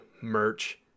merch